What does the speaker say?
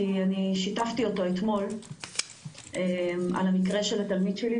כי אני שיתפתי אותו אתמול על המקרה של התלמיד שלי.